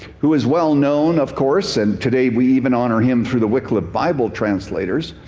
who is well known, of course. and today we even honor him through the wycliffe bible translators.